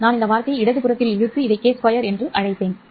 நான் இந்த வார்த்தையை இடது புறத்தில் இழுத்து இதை k2 என்று அழைத்தேன்